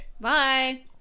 Bye